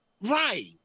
right